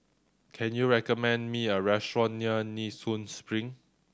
can you recommend me a restaurant near Nee Soon Spring